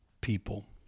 people